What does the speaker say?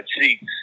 seats